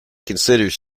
considers